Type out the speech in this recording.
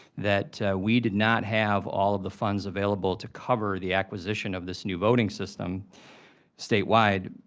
that we did not have all of the funds available to cover the acquisition of this new voting system statewide.